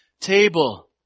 table